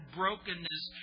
brokenness